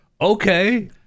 Okay